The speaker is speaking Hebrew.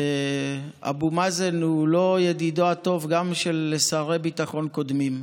אבו מאזן הוא לא ידידם הטוב גם של שרי ביטחון קודמים.